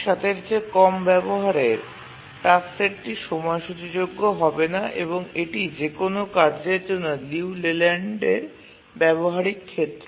০৭ এর চেয়ে কম ব্যবহারের টাস্ক সেটটি সময়সূচীযোগ্য হবে না এবং এটি যেকোনো কার্যের জন্য লিউ লেল্যান্ডের ব্যাবহারিক ক্ষেত্র